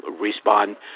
respond